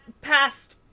past